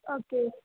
okay